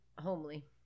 Homely